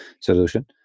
solution